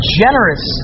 generous